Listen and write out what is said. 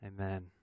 Amen